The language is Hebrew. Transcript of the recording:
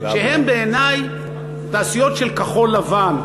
שהן בעיני תעשיות של כחול-לבן.